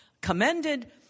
commended